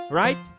right